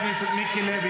אתה מדבר עם הרמטכ"ל?